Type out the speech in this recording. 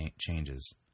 changes